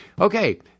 Okay